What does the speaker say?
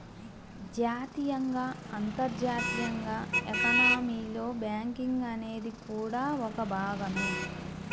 జాతీయంగా, అంతర్జాతీయంగా ఎకానమీలో బ్యాంకింగ్ అనేది కూడా ఒక భాగమే